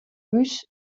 hús